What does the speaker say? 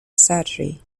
surgery